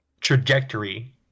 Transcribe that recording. trajectory